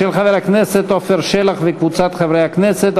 של חבר הכנסת עפר שלח וקבוצת חברי הכנסת,